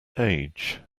age